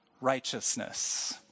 righteousness